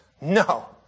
No